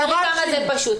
תראי כמה זה פשוט,